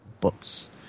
books